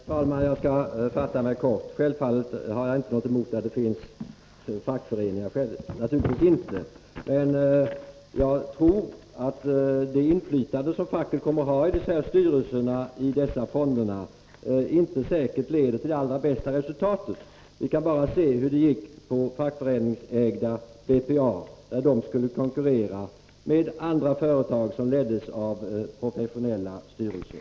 Herr talman! Jag skall fatta mig kort. Självfallet har jag inte någonting emot att det finns fackföreningar — naturligtvis inte. Men jag tror inte att det inflytande som facket kommer att ha i dessa fonders styrelser säkert leder till det allra bästa resultatet. Vi kan bara se hur det gick när fackföreningsägda BPA skulle konkurrera med andra företag som leddes av professionella styrelser!